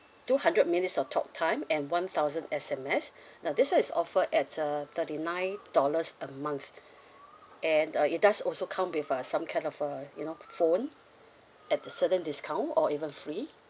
two hundred minutes of talk time and one thousand S_M_S now this one is offered at uh thirty nine dollars a month and uh it does also come with a some kind of a you know phone at a certain discount or even free